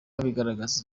bigaragaza